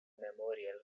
memorial